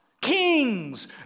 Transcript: kings